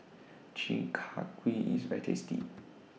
Chi Kak Kuih IS very tasty